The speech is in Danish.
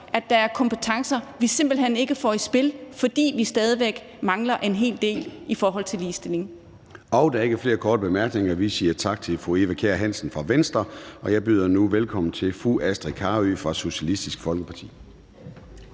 at der er kompetencer, vi simpelt hen ikke får i spil, fordi vi stadig væk mangler en hel del i forhold til ligestilling. Kl. 16:01 Formanden (Søren Gade): Der er ikke flere korte bemærkninger. Vi siger tak til fru Eva Kjer Hansen fra Venstre. Jeg byder nu velkommen til fru Astrid Carøe fra Socialistisk Folkeparti.